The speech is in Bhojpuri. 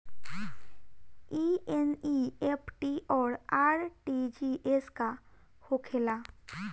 ई एन.ई.एफ.टी और आर.टी.जी.एस का होखे ला?